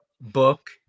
Book